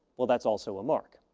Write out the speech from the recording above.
well, that's also a mark.